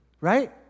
Right